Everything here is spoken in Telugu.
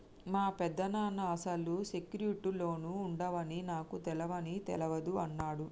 మా పెదనాన్న అసలు సెక్యూర్డ్ లోన్లు ఉండవని నాకు తెలవని తెలవదు అన్నడు